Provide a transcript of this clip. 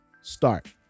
start